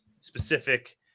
specific